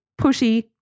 pushy